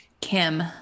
Kim